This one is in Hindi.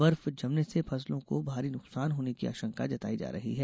बर्फ जमने से फसलों को भारी नुकसान होने की आशंका जताई जा रही है